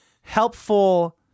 helpful